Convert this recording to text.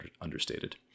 understated